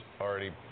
already